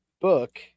book